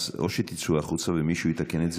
אז או שתצאו החוצה ומישהו יתקן את זה,